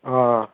ꯑꯥ ꯑꯥ